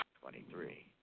Twenty-three